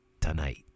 Tonight